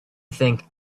think